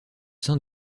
sein